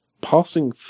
passing